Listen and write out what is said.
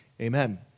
Amen